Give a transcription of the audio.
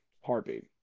heartbeat